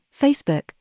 Facebook